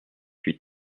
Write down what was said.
huit